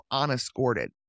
unescorted